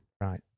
Right